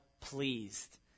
pleased